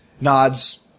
nods